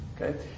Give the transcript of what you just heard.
Okay